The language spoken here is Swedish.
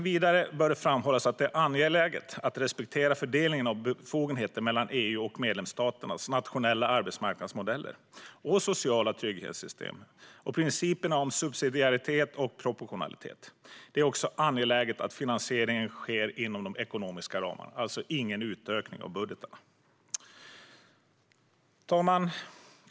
Vidare bör framhållas att det är angeläget att respektera fördelningen av befogenheter mellan EU och medlemsstaternas nationella arbetsmarknadsmodeller och sociala trygghetssystem. Principerna om subsidiaritet och proportionalitet är viktiga. Det är också angeläget att finansiering sker inom de ekonomiska ramarna. Det ska alltså inte vara någon utökning av budgetar. Herr talman!